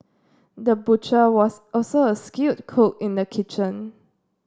the butcher was also a skilled cook in the kitchen